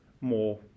more